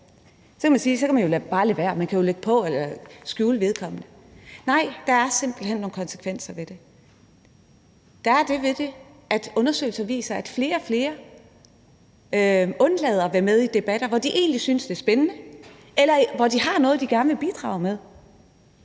så kan man jo bare lade være. Man kan jo lægge på eller skjule vedkommende. Nej, der er simpelt hen nogle konsekvenser ved det. Der er det ved det, at undersøgelser viser, at flere og flere undlader at være med i debatter, hvor de egentlig synes det er spændende, eller hvor de har noget, de gerne vil bidrage med.